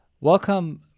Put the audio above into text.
Welcome